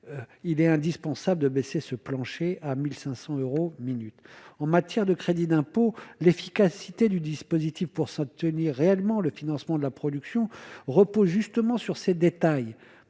il est indispensable de baisser ce plancher à 1500 euros minutes en matière de crédit d'impôt, l'efficacité du dispositif pour cela tenir réellement le financement de la production repose justement sur ces détails